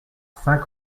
saint